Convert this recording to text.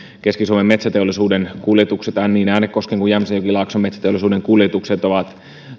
keski suomen metsäteollisuuden kuljetukset niin äänekosken kuin jämsänjokilaakson metsäteollisuuden kuljetukset ovat